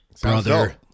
brother